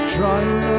Trying